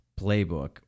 playbook